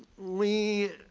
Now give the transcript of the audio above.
we